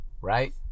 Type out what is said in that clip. right